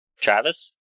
Travis